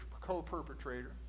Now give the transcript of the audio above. co-perpetrator